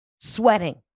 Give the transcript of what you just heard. sweating